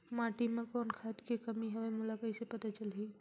माटी मे कौन खाद के कमी हवे मोला कइसे पता चलही?